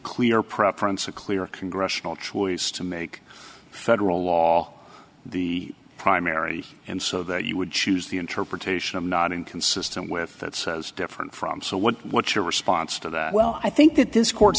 clear preference a clear congressional choice to make federal law the primary and so that you would choose the interpretation of not inconsistent with that says different from so what what's your response to that well i think that this court